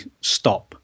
stop